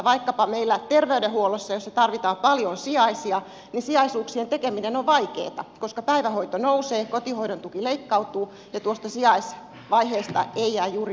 vaikkapa meillä terveydenhuollossa jossa tarvitaan paljon sijaisia sijaisuuksien tekeminen on vaikeata koska päivähoito nousee kotihoidon tuki leikkautuu ja tuosta sijaisvaiheesta ei jää juuri mitään käteen